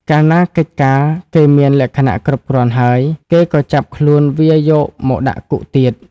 កាលណាកិច្ចការគេមានលក្ខណៈគ្រប់គ្រាន់ហើយ គេក៏ចាប់ខ្លួនវាយកមកដាក់គុកទៀត ។